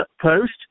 post